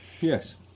yes